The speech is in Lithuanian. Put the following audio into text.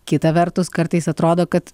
kita vertus kartais atrodo kad